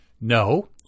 no